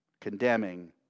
condemning